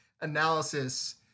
analysis